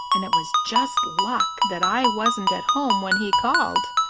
and it was just luck that i wasn't at home when he called.